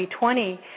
2020